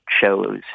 shows